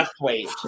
wait